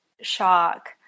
shock